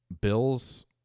bills